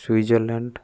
Switzerland